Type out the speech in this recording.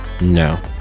No